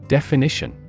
Definition